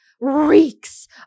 reeks